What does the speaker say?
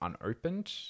unopened